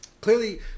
clearly